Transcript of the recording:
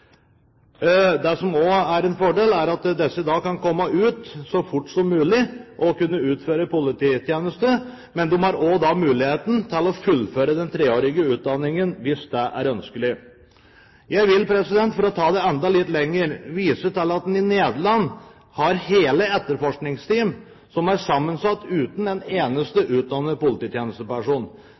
Det som også er en fordel, er at disse da kan komme ut så fort som mulig og utføre polititjeneste, men de har også muligheten til å fullføre den treårige utdanningen hvis det er ønskelig. Jeg vil – for å ta det ennå litt lenger – vise til at man i Nederland har hele etterforskningsteam som er sammensatt uten en eneste utdannet polititjenesteperson.